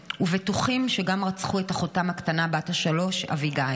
ובטוחים שרצחו גם את אחותם הקטנה בת השלוש אביגיל.